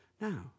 Now